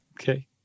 Okay